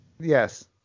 Yes